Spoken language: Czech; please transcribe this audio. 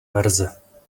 verze